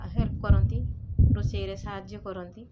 help କରନ୍ତି ରୋଷେଇରେ ସାହାଯ୍ୟ କରନ୍ତି